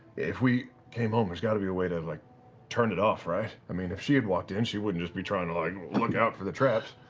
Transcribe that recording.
if we came home, there's got to be a way to like turn it off, right? i mean, if she had walked in, she wouldn't be trying to like look out for the traps.